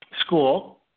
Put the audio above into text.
school